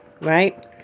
Right